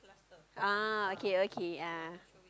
ah okay okay ah